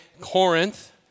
Corinth